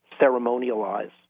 ceremonialize